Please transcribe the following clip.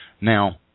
Now